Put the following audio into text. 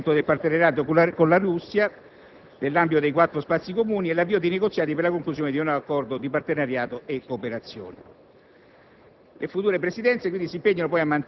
Sarà inoltre considerato prioritario il rafforzamento del partenariato con la Russia nell'ambito dei quattro «spazi comuni» e l'avvio di negoziati per la conclusione di un accordo di partenariato e cooperazione.